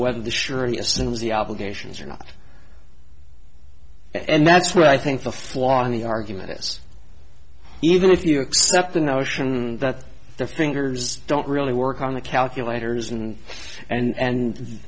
assumes the obligations or not and that's where i think the flaw in the argument is even if you accept the notion that the fingers don't really work on the calculators and and